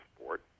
sport